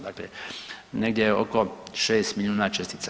Dakle, negdje oko 6 milijuna čestica.